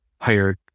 hired